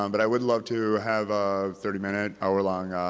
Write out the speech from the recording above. um but i would love to have a thirty minute, hour-long